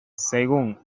según